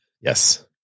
Yes